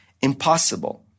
impossible